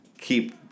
keep